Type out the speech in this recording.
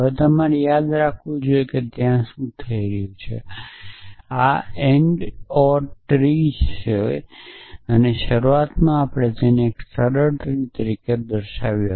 હવે તમે યાદ કરો કે ત્યાં શું થઈ રહ્યું છે તમે આ એન્ડઓર ટ્રી સર્ચ કરી રહ્યા છો અને શરૂઆતમાં આપણે તેને એક સરળ ટ્રી તરીકે દર્શાવ્યું